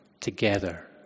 together